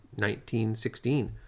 1916